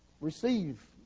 receive